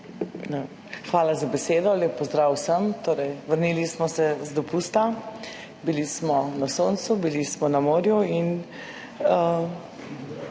Hvala za besedo. Lep pozdrav vsem! Torej, vrnili smo se z dopusta, bili smo na soncu, bili smo na morju in